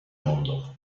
mondo